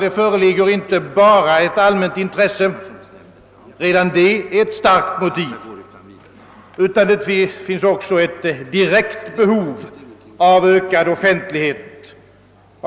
Det föreligger inte bara ett allmänt intresse — redan det är ett starkt motiv — utan det finns också ett direkt behov av ökad offentlighet kring